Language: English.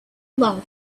love